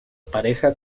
pareja